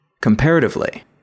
Comparatively